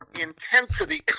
intensity